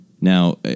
Now